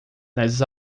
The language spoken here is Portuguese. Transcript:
nas